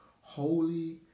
holy